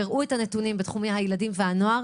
והראו את הנתונים בתחומי הילדים והנוער.